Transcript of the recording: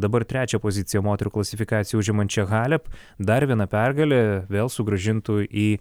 dabar trečią poziciją moterų klasifikacijoj užimančia halep dar viena pergalė vėl sugrąžintų į